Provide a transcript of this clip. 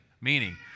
meaning